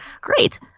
great